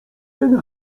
ten